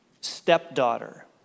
stepdaughter